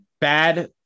bad